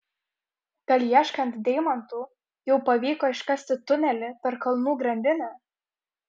gal ieškant deimantų jau pavyko iškasti tunelį per kalnų grandinę